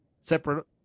separate